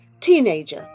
teenager